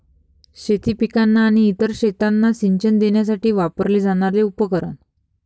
शेती पिकांना आणि इतर शेतांना सिंचन देण्यासाठी वापरले जाणारे उपकरण